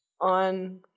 on